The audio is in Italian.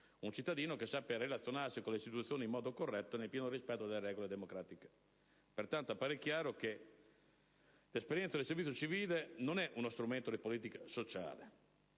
un cittadino che sappia relazionarsi con le istituzioni in modo corretto e nel pieno rispetto delle regole democratiche. Pertanto, appare chiaro che l'esperienza del servizio civile non è uno strumento di politica sociale